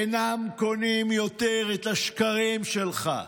אינם קונים יותר את השקרים שלך.